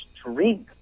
strength